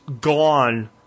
gone